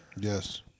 Yes